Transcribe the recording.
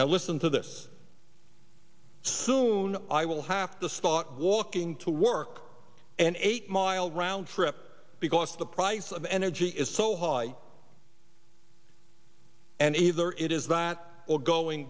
now listen to this soon i will have to start walking to work an eight mile round trip because the price of energy is so high and either it is that or going